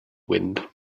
wind